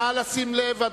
רבותי, נא לשים לב.